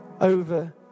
over